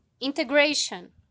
integration